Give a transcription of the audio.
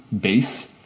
base